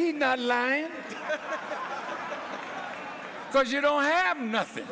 he's not learning cause you don't have nothing